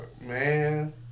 man